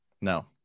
No